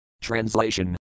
Translation